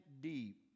deep